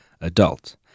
adult